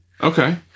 Okay